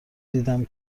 دیدهام